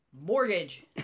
Mortgage